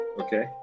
Okay